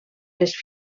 les